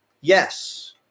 yes